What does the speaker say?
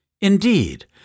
Indeed